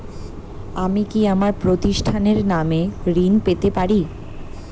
আমি কি আমার প্রতিষ্ঠানের নামে ঋণ পেতে পারি?